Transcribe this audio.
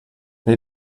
they